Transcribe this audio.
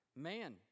man